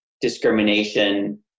discrimination